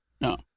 No